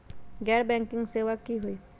गैर बैंकिंग सेवा की होई?